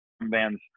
bands